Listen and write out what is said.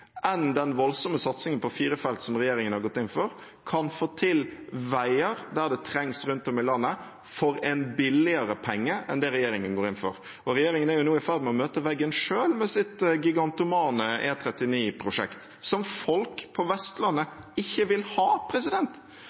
enn den voldsomme satsingen på fire felt som regjeringen har gått inn for, kan få veier der det trengs rundt om i landet, for en billigere penge enn det regjeringen går inn for. Regjeringen er nå i ferd med å møte veggen selv med sitt gigantomane E39-prosjekt, som folk på Vestlandet ikke vil ha.